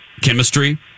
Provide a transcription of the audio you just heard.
chemistry